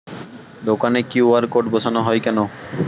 দোকানে Q R code বসানো হয় কেন?